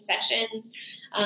sessions